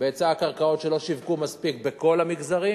בהיצע הקרקעות, שלא שיווקו מספיק בכל המגזרים,